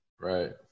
Right